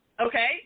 okay